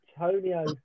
Antonio